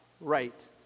right